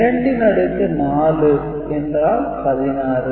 2 ன் அடுக்கு 4 என்றால் 16